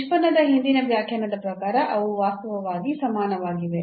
ನಿಷ್ಪನ್ನದ ಹಿಂದಿನ ವ್ಯಾಖ್ಯಾನದ ಪ್ರಕಾರ ಅವು ವಾಸ್ತವವಾಗಿ ಸಮಾನವಾಗಿವೆ